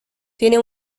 tiene